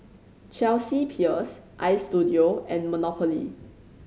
Chelsea Peers Istudio and Monopoly